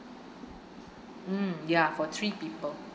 mm ya for three people